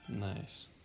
Nice